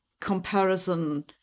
comparison